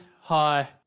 hi